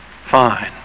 Fine